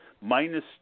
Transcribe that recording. Minus